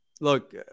Look